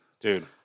dude